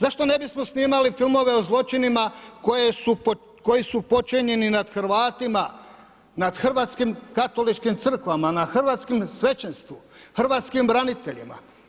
Zašto ne bismo snimali filmove u zločinima koji su počinjeni nad Hrvatima, nad hrvatskim katoličkim crkvama, nad hrvatskom svećenstvu, hrvatskim braniteljima?